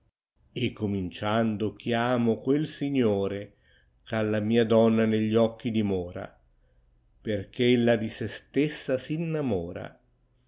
ricchezza cominciando chiamo quel signore ch'alia mia donna negli occhi dimora perch ella di sé stessa s innamora